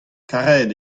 karet